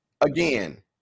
Again